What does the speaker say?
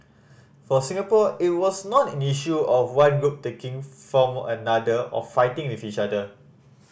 for Singapore it was not an issue of one group taking from another or fighting with each other